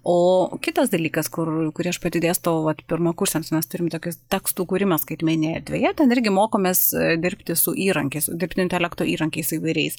o kitas dalykas kur kurį aš pati dėstau vat pirmakursiams mes turim tokius tekstų kūrimą skaitmenė erdvėje ten irgi mokomės dirbti su įrankiais su dirbtinio intelekto įrankiais įvairiais